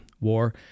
war